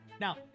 Now